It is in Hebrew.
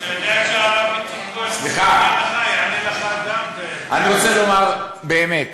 אז אתה יודע שהערבים קיבלו, אני רוצה לומר באמת